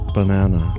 Banana